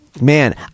Man